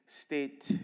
state